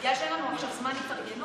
בגלל שאין לנו עכשיו זמן התארגנות.